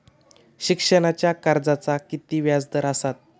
शिक्षणाच्या कर्जाचा किती व्याजदर असात?